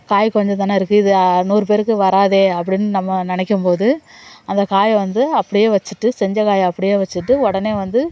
காய் கொஞ்சந்தானே இருக்குது இது நூறு பேருக்கு வராதே அப்படினு நம்ம நினைக்கும்போது அந்த காயை வந்து அப்படியே வச்சிட்டு செஞ்ச காயை அப்படியே வச்சிட்டு உடனே வந்து